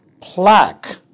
Plaque